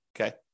okay